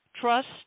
trust